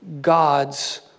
God's